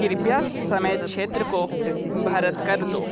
कृपया समय क्षेत्र को भरत कर दो